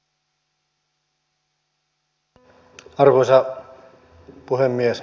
arvoisa puhemies